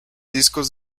discos